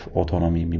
autonomy